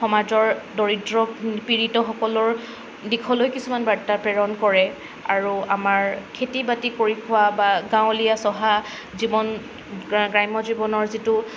সমাজৰ দৰিদ্ৰ পীড়িতসকলৰ দিশলৈ কিছুমান বাৰ্তা প্ৰেৰণ কৰে আৰু আমাৰ খেতি বাতি কৰি খোৱা বা গাঁৱলীয়া চহা জীৱন গ্ৰাম্য জীৱনৰ যিটো